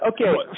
okay